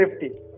safety